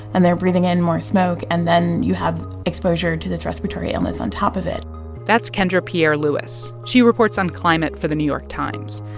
and they're breathing in more smoke. and then you have exposure to this respiratory illness on top of it that's kendra pierre-louis. she reports on climate for the new york times.